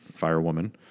firewoman